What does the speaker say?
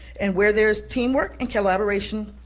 and where there is teamwork and collaboration,